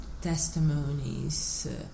testimonies